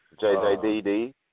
JJDD